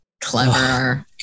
Clever